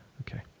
Okay